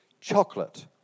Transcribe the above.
Chocolate